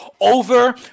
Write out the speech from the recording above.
over